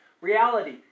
reality